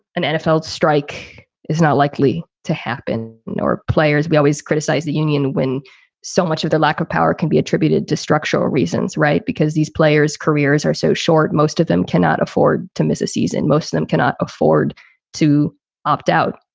an nfl strike is not likely to happen, nor players, we always criticize the union when so much of the lack of power can be attributed to structural reasons. right? because these players careers are so short. most of them cannot afford to miss a season and most of them cannot afford to opt out.